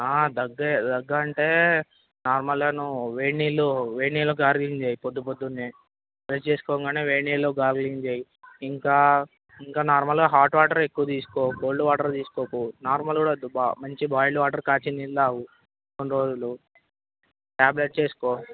దగ్గే దగ్గంటే నార్మల్గా నువ్వు వేడినీళ్ళు వేడినీళ్ళు గార్గిలింగ్ చెయ్యి పొద్దుపొద్దున్నే బ్రష్ చేసుకోగానే వేడినీళ్ళు గార్గిలింగ్ చెయ్యి ఇంకా ఇంకా నార్మల్గా హాట్ వాటర్ ఎక్కువ తీసుకో కోల్డ్ వాటర్ తీసుకోకు నార్మల్ కూడా వద్దు బాగా మంచి బాయిల్డ్ వాటర్ కాచిన నీళ్ళు తాగు కొన్ని రోజులు ట్యాబ్లెట్స్ వేసుకో